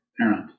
parent